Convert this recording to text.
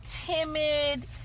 timid